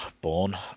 Born